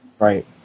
Right